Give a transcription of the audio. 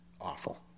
Awful